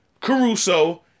Caruso